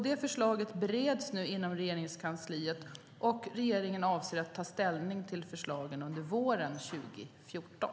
Det förslaget bereds nu inom Regeringskansliet, och regeringen avser att ta ställning till förslagen under våren 2014.